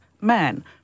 men